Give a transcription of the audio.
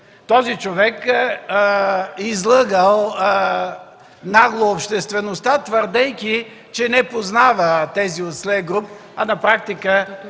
Този човек е излъгал нагло обществеността, твърдейки, че не познава тези от „СЛЕгруп”, а на практика